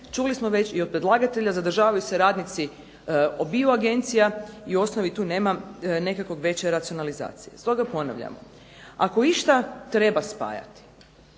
čuli smo već i od predlagatelja zadržavaju se radnici obiju agencija i u osnovi tu nema nekakve veće racionalizacije. Stoga ponavljamo, ako išta treba spajati